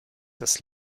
das